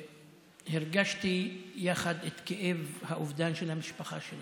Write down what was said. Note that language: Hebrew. הרגשתי יחד את כאב האובדן של המשפחה שלו,